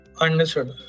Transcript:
understood